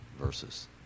verses